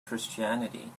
christianity